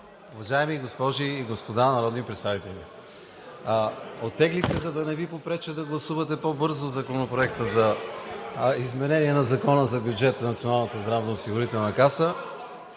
Уважаеми госпожи и господа народни представители, оттеглих се, за да не Ви попреча да гласувате по-бързо изменение на Закона за бюджета на